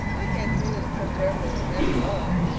i can't see that it's so terribly romantic at all,